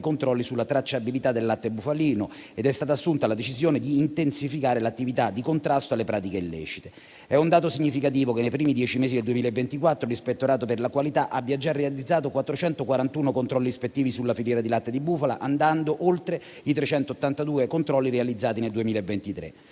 controlli sulla tracciabilità del latte bufalino ed è stata assunta la decisione di intensificare l'attività di contrasto alle pratiche illecite. È un dato significativo che, nei primi dieci mesi del 2024, l'Ispettorato della tutela della qualità abbia già realizzato 441 controlli ispettivi sulla filiera di latte di bufala, andando oltre i 382 controlli realizzati nel 2023.